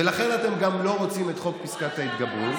ולכן אתם גם לא רוצים את חוק פסקת ההתגברות,